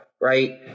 right